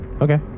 Okay